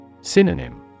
Synonym